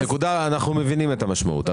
אנחנו מבינים את המשמעות של הנקודה,